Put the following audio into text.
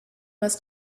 must